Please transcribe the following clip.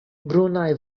brunaj